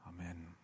Amen